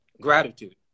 gratitude